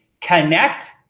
connect